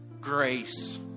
grace